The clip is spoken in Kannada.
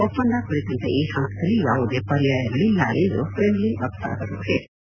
ಒಪ್ಪಂದ ಕುರಿತಂತೆ ಈ ಹಂತದಲ್ಲಿ ಯಾವುದೇ ಪರ್ಯಾಯಗಳಲ್ಲ ಎಂದು ಕ್ರೆಮ್ಲಿನ್ ವಕ್ತಾರರು ಹೇಳಿದ್ದಾರೆ